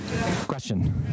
question